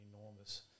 enormous